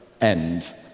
End